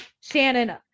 shannon